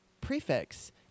prefix